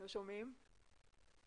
שומעים כאן